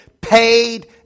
Paid